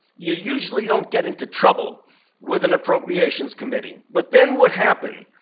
you usually don't get into trouble with an appropriations committee. but then what happened?